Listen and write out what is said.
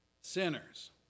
sinners